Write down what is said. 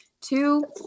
Two